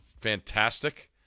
Fantastic